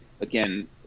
again